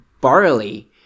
barley